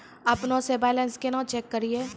अपनों से बैलेंस केना चेक करियै?